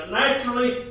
naturally